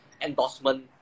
endorsement